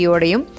Odium